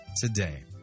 today